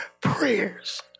prayers